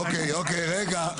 אוקיי, רגע,